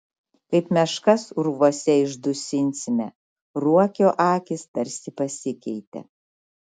kaip meškas urvuose išdusinsime ruokio akys tarsi pasikeitė